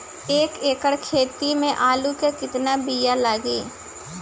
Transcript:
एक एकड़ खेती में आलू के कितनी विया लागी?